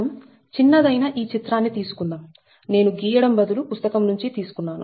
మనం చిన్నదైన ఈ చిత్రాన్ని తీసుకుందాం నేను గీయడం బదులు పుస్తకం నుంచి తీసుకున్నాను